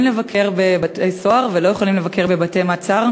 לבקר בבתי-סוהר ולא יכולים לבקר בבתי-מעצר,